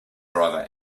driver